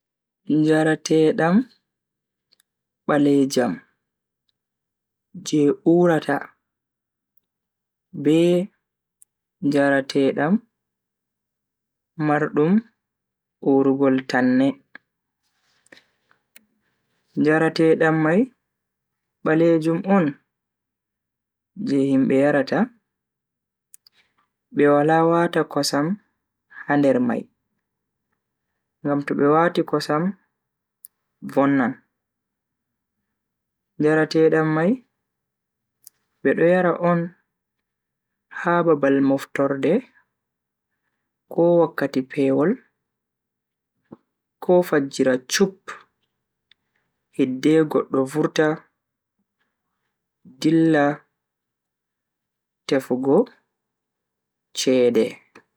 Njarateedam balejam je urata be njaRteedam mardum urugol tanne. Njarateedam mai balejum on je himbe yarata, be wala wata kosam ha nder mai ngam to be wati kosam vonnan. Njarateedam mai bedo yara on ha babal moftorde ko wakkati pewol ko fajjira chup hidde goddo vurta dilla tefugo chede.